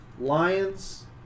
Lions